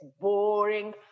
boring